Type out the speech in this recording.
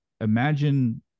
imagine